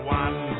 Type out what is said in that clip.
one